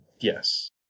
Yes